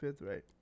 right